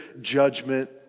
judgment